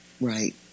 Right